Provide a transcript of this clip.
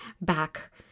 back